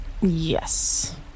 Yes